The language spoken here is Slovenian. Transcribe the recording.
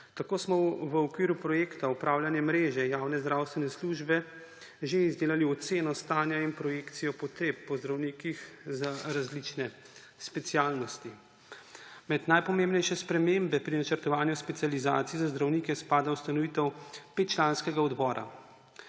Tako smo v okviru projekta upravljanje mreže javne zdravstvene službe že izdelali oceno stanja in projekcijo potreb po zdravnikih za različne specialnosti. Med najpomembnejše spremembe pri načrtovanju specializacij za zdravnike spada ustanovitev 5-članskega odbora.